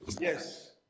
Yes